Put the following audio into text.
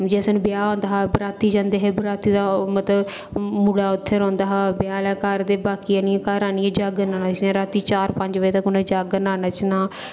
जिस दिन ब्याह् होंदा हा बराती जंदे हे बराती दा ओह् मतलब मुड़ा उत्थै रौहंदा हा ब्याह् आह्ले घर ते बाकी आह्नियै घर आहनियै जागरना नच्चदियां हियां रातीं चार पंज बजे तक्क उ'नें जागरना नच्चना आं